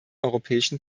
europäischen